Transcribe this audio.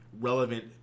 relevant